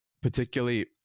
particularly